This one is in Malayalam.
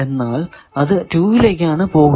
എന്നാൽ അത് 2 ലേക്കാണ് പോകുന്നത്